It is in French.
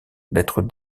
d’être